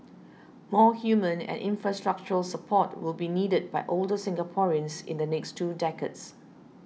more human and infrastructural support will be needed by older Singaporeans in the next two decades